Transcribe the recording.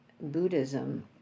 Buddhism